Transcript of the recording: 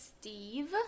Steve